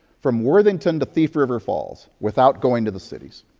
from worthington to thief river falls without going to the cities.